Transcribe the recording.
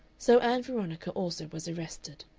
so ann veronica also was arrested.